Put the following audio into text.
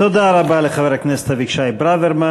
תודה רבה לחבר הכנסת אבישי ברוורמן.